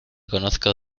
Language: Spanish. conozco